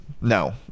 no